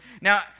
Now